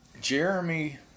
Jeremy